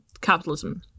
capitalism